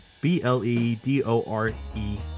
B-L-E-D-O-R-E